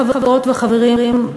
חברות וחברים,